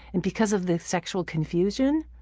and because of the sexual confusion,